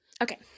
Okay